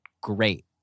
great